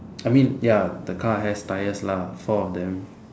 I mean ya the car has tyres lah four of them